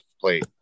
plate